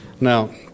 Now